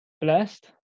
blessed